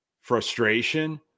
frustration